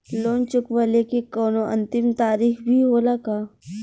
Loan चुकवले के कौनो अंतिम तारीख भी होला का?